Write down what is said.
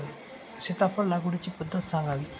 सीताफळ लागवडीची पद्धत सांगावी?